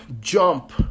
jump